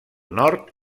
nord